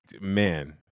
man